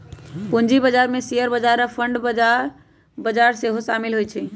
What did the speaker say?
पूजी बजार में शेयर बजार आऽ बांड बजार सेहो सामिल होइ छै